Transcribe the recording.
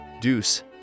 Deuce